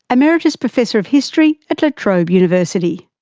emeritus professor of history at la trobe university.